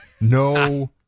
No